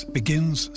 begins